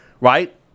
right